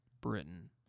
Britain